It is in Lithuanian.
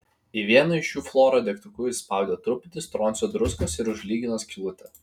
į vieną iš jų flora degtuku įspaudė truputį stroncio druskos ir užlygino skylutę